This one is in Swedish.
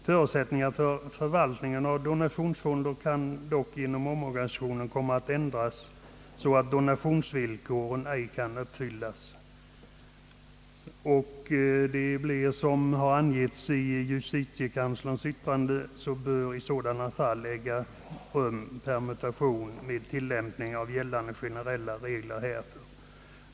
Förutsättningarna för förvaltningen av donationsfonder kan dock vid omorganisationen komma att ändras så att donationsvillkoren ej kan uppfyllas. Såsom angivits i justitiekanslerns yttrande bör i sådana fall permutation äga rum med tillämpning av gällande generella regler i detta avseende.